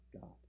God